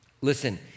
Listen